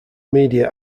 media